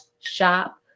shop